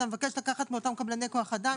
שאתה מבקש לקחת מאותם קבלני כוח אדם.